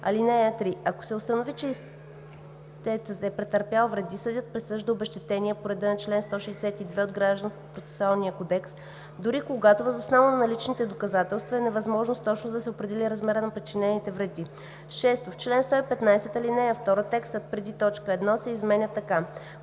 вреди. (3) Ако се установи, че ищецът е претърпял вреди, съдът присъжда обезщетение по реда на чл. 162 от Гражданския процесуален кодекс, дори когато, въз основа на наличните доказателства, е невъзможно с точност да се определи размерът на причинените вреди.“ 6. В чл. 115, ал. 2 текстът преди т. 1 се изменя така: